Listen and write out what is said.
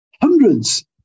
hundreds